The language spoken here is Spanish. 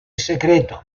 secreto